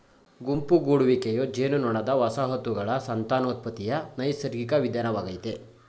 ಗುಂಪು ಗೂಡುವಿಕೆಯು ಜೇನುನೊಣದ ವಸಾಹತುಗಳ ಸಂತಾನೋತ್ಪತ್ತಿಯ ನೈಸರ್ಗಿಕ ವಿಧಾನವಾಗಯ್ತೆ